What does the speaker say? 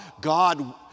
God